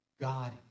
God